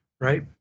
right